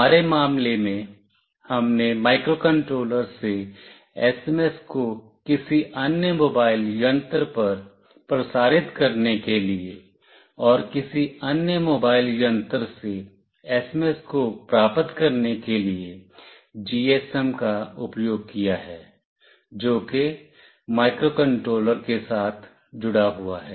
हमारे मामले में हमने माइक्रोकंट्रोलर से SMS को किसी अन्य मोबाइल यंत्र पर प्रसारित करने के लिए और किसी अन्य मोबाइल यंत्र से SMS को प्राप्त करने के लिए GSM का उपयोग किया है जो कि माइक्रोकंट्रोलर के साथ जुड़ा हुआ है